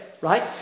right